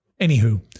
anywho